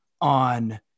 on